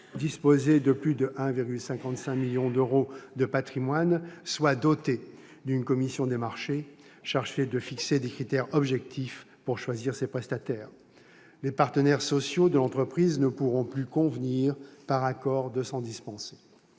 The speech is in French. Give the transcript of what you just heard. disposer de plus de 1,55 million d'euros de patrimoine -soient dotés d'une commission des marchés, chargée de fixer des critères objectifs pour choisir ses prestataires. Les partenaires sociaux de l'entreprise ne pourront plus convenir, par accord, de s'en dispenser.